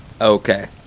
Okay